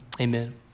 amen